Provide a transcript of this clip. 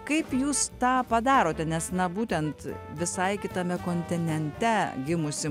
kaip jūs tą padarote nes na būtent visai kitame kontinente gimusi